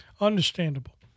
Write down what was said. understandable